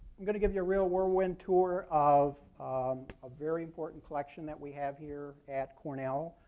going to give you a real whirlwind tour of a very important collection that we have here at cornell,